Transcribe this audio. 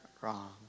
wrong